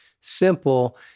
simple